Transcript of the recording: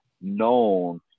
known